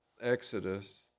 Exodus